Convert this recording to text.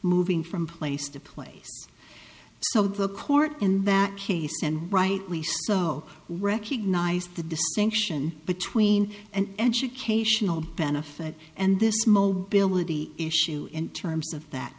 moving from place to place so the court in that case and rightly so recognized the distinction between an educational benefit and this mobility issue in terms of that